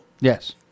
Yes